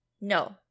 No